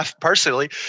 personally